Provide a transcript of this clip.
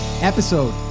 episode